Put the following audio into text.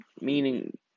meaning